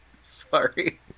Sorry